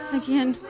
again